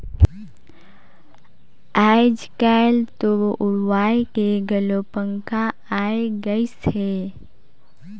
आयज कायल तो उड़वाए के घलो पंखा आये गइस हे